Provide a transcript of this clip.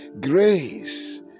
grace